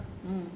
mm